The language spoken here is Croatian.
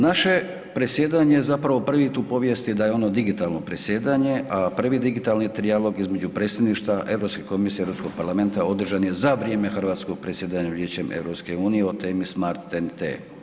Naše predsjedanje zapravo prvi put u povijesti da je ono digitalno predsjedanje, a prvi digitalni trialog između Predsjedništva Europske komisije i Europskog parlamenta održan je za vrijeme hrvatskog predsjedanja Vijećem EU o temi Smart TEN-T.